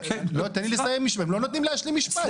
לא, תן לי לסיים משפט, הם לא נותנים להשלים משפט.